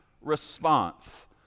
response